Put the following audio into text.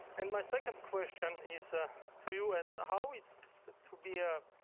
and my second question is ah to you, and how it's but to be a